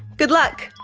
good luck.